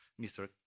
Mr